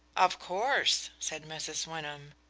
of course, said mrs. wyndham.